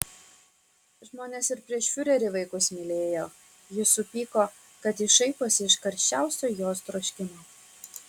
žmonės ir prieš fiurerį vaikus mylėjo ji supyko kad jis šaiposi iš karščiausio jos troškimo